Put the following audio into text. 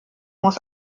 muss